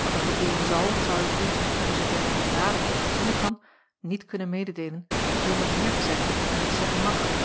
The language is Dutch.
wat er gebeuren zal zou ik u voor zooverre ik het raden of voorzien kan niet kunnen mededeelen zonder meer te zeggen dan ik zeggen mag